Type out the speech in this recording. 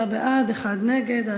חמישה בעד, ואחד נגד.